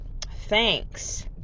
Thanks